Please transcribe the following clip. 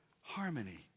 harmony